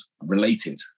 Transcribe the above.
related